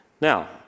Now